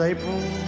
April